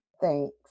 thanks